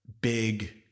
big